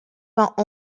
vingt